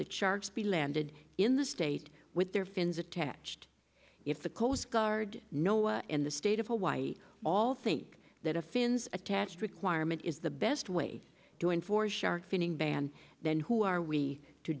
that sharks be landed in this state with their fins attached if the coast guard no one in the state of hawaii all think that a fins attached requirement is the best way to enforce shark finning ban then who are we to